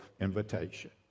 invitation